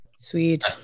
Sweet